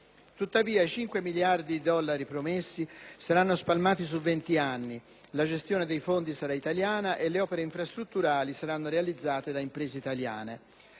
Tuttavia i 5 miliardi di dollari promessi saranno spalmati su venti anni, la gestione dei fondi sarà italiana e le opere iufrastrutturali saranno realizzate da imprese italiane.